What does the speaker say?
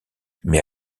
mais